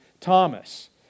Thomas